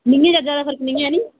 निं ऐ ते ज्यादा फर्क निं ऐ हैन्नी